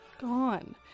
gone